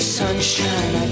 sunshine